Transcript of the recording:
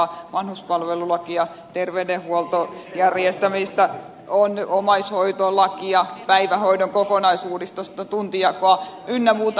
on vanhuspalvelulakia terveydenhuollon järjestämistä on omaishoitolakia ja päivähoidon kokonaisuudistusta tuntijakoa ynnä muuta